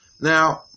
Now